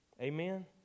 Amen